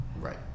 Right